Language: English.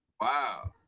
Wow